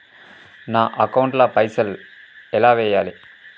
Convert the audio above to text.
నా అకౌంట్ ల పైసల్ ఎలా వేయాలి?